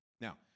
Now